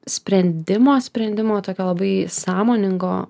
sprendimo sprendimo tokio labai sąmoningo